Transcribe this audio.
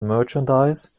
merchandise